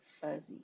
fuzzy